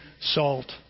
salt